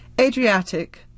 Adriatic